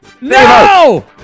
No